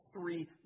three